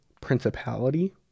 principality